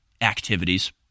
activities